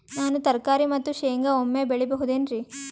ನಾನು ತರಕಾರಿ ಮತ್ತು ಶೇಂಗಾ ಒಮ್ಮೆ ಬೆಳಿ ಬಹುದೆನರಿ?